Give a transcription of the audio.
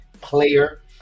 player